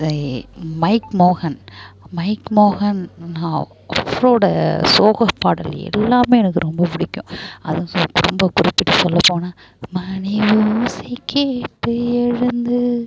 இந்த மைக் மோகன் மைக் மோகன் அவரோட சோக பாடல் எல்லாமே எனக்கு ரொம்ப பிடிக்கும் அதுவும் சொ ரொம்ப குறிப்பிட்டு சொல்லப் போனால் மணி ஓசை கேட்டு எழுந்து